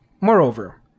Moreover